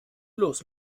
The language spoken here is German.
los